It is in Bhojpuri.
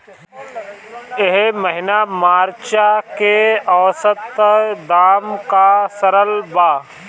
एह महीना मिर्चा के औसत दाम का रहल बा?